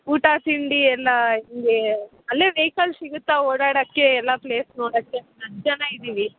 ಊಟ ತಿಂಡಿ ಎಲ್ಲ ಹೆಂಗೇ ಅಲ್ಲೆ ವೇಕಲ್ ಸಿಗುತ್ತಾ ಓಡಾಡೋಕೆ ಎಲ್ಲ ಪ್ಲೇಸ್ ನೋಡೋಕೆ ಹತ್ತು ಜನ ಇದ್ದೀವಿ